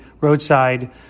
roadside